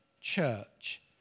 church